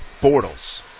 Bortles